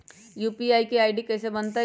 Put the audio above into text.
UPI के ID कैसे बनतई?